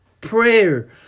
prayer